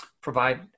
provide